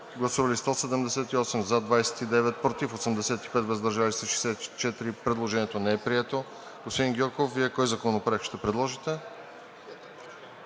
представители: за 29, против 85, въздържали се 64. Предложението не е прието. Господин Гьоков, Вие кой законопроект ще предложите?